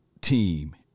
team